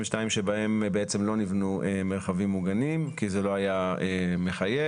שבהם לא נבנו מרחבים מוגנים כי זה לא היה מחייב.